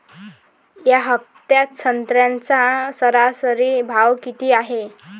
या हफ्त्यात संत्र्याचा सरासरी भाव किती हाये?